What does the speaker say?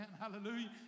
Hallelujah